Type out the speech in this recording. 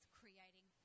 creating